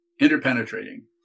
interpenetrating